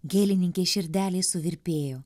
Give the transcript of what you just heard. gėlininkės širdelė suvirpėjo